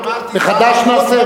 מחדש נעשה?